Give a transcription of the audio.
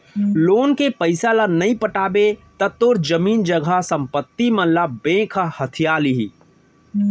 loan के पइसा ल नइ पटाबे त तोर जमीन जघा संपत्ति मन ल बेंक ह हथिया लिही